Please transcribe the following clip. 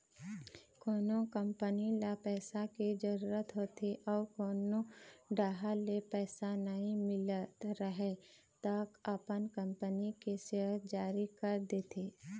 कोनो कंपनी ल पइसा के जरूरत होथे अउ कोनो डाहर ले पइसा नइ मिलत राहय त अपन कंपनी के सेयर जारी कर देथे